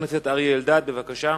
חבר הכנסת אריה אלדד, בבקשה.